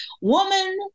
Woman